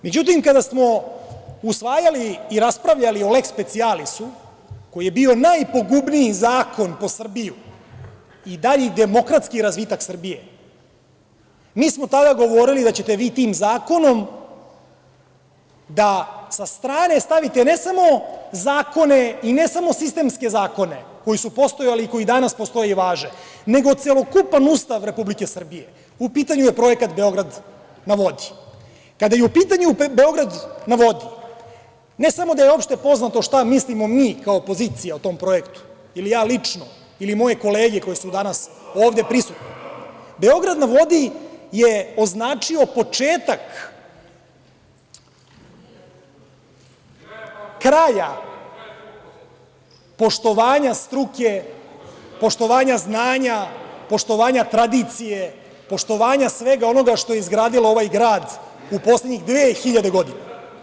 Međutim, kada smo usvajali i raspravljali o leks specijalisu, koji je bio najpogubniji zakon po Srbiju i dalji demokratski razvitak Srbije, mi smo tada govorili da ćete vi tim zakonom da sa strane stavite, ne samo zakone i ne samo sistemske zakone, koji su postojali i koji danas postoje i važe, nego celokupan Ustav Republike Srbije, u pitanju je projekat „Beograd na vodi“ Kada je u pitanju „Beograd na vodi“, ne samo da je opšte poznato šta mislimo mi kao opozicija o tom projektu ili ja lično ili moje kolege koje su danas ovde prisutne, „Beograd na vodi“ je označio početak kraja poštovanja struke, poštovanja znanja, poštovanja tradicije, poštovanja svega onoga što je izgradio ovaj grad u poslednjih dve hiljade godina.